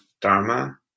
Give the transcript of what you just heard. dharma